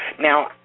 Now